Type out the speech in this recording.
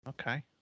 Okay